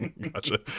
Gotcha